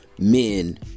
men